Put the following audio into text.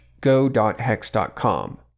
go.hex.com